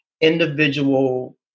individual